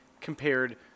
compared